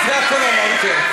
זה, אתם אמרתם.